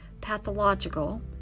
pathological